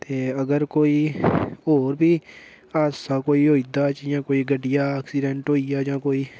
ते अगर कोई होर बी हादसा कोई होई जन्दा जियां कोई गड्डिया ऐक्सीडेन्ट होई गेआ जां कोई